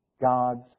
God's